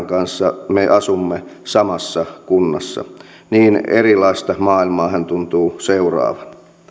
kanssa me asumme samassa kunnassa niin erilaista maailmaa hän tuntuu seuraavan